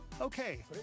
Okay